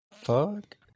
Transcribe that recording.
Fuck